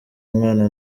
umwana